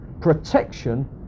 Protection